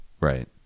right